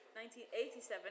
1987